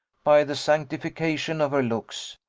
by the sanctification of her looks.